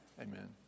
Amen